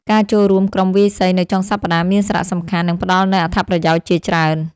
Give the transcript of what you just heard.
ការចូលរួមក្រុមវាយសីនៅចុងសប្តាហ៍មានសារៈសំខាន់ និងផ្ដល់នូវអត្ថប្រយោជន៍ជាច្រើន។